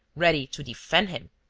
ready to defend him.